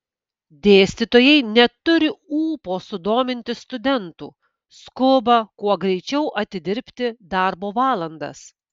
dėstytojai neturi ūpo sudominti studentų skuba kuo greičiau atidirbti darbo valandas